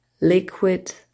liquid